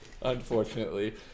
unfortunately